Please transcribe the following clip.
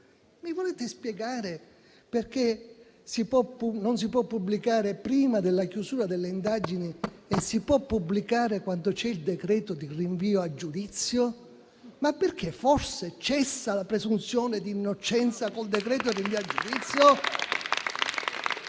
Mi volete spiegare perché non si può pubblicare prima della chiusura delle indagini e si può pubblicare quando c'è il decreto di rinvio a giudizio? Forse cessa la presunzione di innocenza con il decreto di rinvio a giudizio?